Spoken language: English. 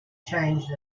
changed